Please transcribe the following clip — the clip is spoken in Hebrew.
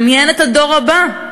דמיין את הדור הבא,